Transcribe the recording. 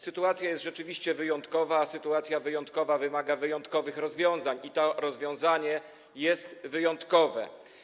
Sytuacja jest rzeczywiście wyjątkowa, a sytuacja wyjątkowa wymaga wyjątkowych rozwiązań i to rozwiązanie jest wyjątkowe.